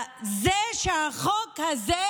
זה לא עבר בקריאה